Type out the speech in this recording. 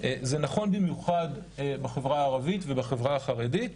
זה נכון במיוחד בחברה הערבית ובחברה החרדית.